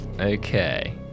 okay